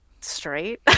straight